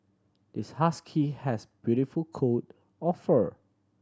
this husky has beautiful coat of fur